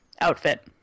outfit